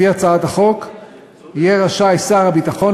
לפי הצעת החוק יהיה רשאי שר הביטחון